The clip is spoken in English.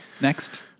Next